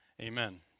Amen